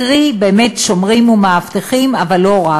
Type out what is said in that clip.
קרי, שומרים ומאבטחים, אבל לא רק.